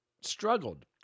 struggled